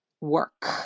work